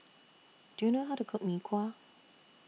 Do YOU know How to Cook Mee Kuah